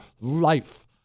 life